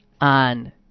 on